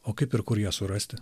o kaip ir kur ją surasti